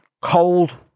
cold